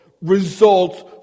results